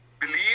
believe